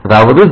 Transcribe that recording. அதாவது 0